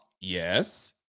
Yes